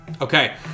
Okay